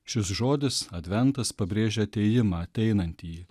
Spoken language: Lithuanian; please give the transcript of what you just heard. šis žodis adventas pabrėžia atėjimą ateinantįjį